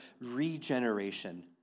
regeneration